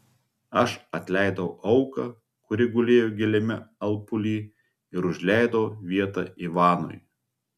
aš atleidau auką kuri gulėjo giliame alpuly ir užleidau vietą ivanui